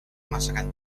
masakan